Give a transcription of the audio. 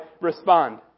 respond